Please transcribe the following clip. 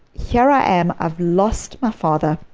here i am, i've lost my father,